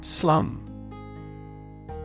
Slum